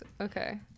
Okay